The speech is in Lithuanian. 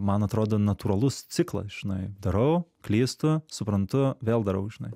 man atrodo natūralus ciklas žinai darau klystu suprantu vėl darau žinai